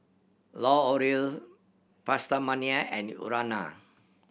L'Oreal PastaMania and Urana